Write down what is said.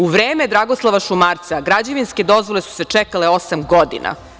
U vreme Dragoslava Šumarca, građevinske dozvole su se čekale osam godina.